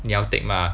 你要 take mah